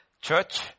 Church